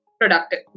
productive